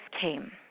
came